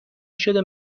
شده